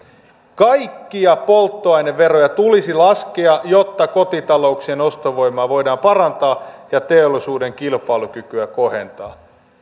kaikkia polttoaineveroja tulisi laskea jotta kotitalouksien ostovoimaa voidaan parantaa ja teollisuuden kilpailukykyä kohentaa